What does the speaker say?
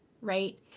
right